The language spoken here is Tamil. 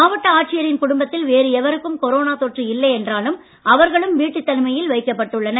மாவட்ட ஆட்சியரின் குடும்பத்தில் வேறு எவருக்கும் கொரோனா தொற்று இல்லை என்றாலும் அவர்களும் வீட்டுத் தனிமையில் வைக்கப் பட்டுள்ளனர்